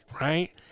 Right